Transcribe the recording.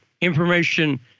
information